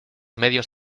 medios